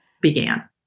began